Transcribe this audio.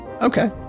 Okay